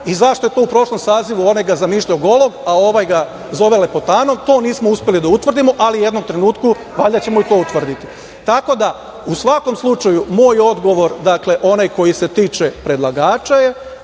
I zašto ga je u prošlom sazivu onaj zamišljao golog, a ovaj ga zove lepotanom, to nismo uspeli da utvrdimo, ali u jednom trenutku valjda ćemo i to utvrditi. Tako da, u svakom slučaju, moj odgovor, dakle, onaj koji se tiče predlagača je,